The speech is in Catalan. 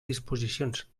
disposicions